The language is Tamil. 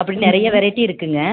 அப்படின்னு நிறைய வெரைட்டி இருக்குங்க